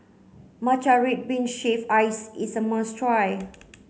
Matcha red bean shave ice is a must try